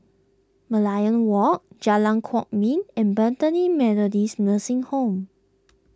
Merlion Walk Jalan Kwok Min and Bethany Methodist Nursing Home